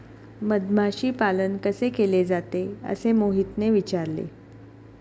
मधमाशी पालन कसे केले जाते? असे मोहितने विचारले